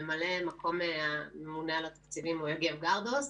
ממלא מקום הממונה על התקציבים הוא יוגב גרדוס.